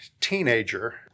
teenager